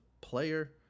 player